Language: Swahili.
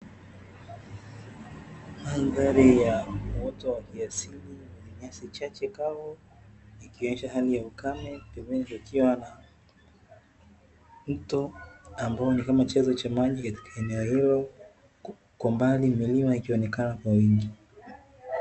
Mandhari ya asili yenye nyasi kavu, ikionyesha hali ya ukame pembeni kukiwa na mto ambao ni kama chanzo cha maji katika eneo hilo, kwa mbali milima ikionekana kwa wingi.